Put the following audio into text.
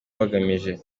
bagamije